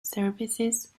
services